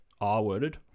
r-worded